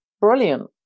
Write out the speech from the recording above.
brilliant